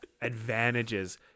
advantages